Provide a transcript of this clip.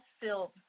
filled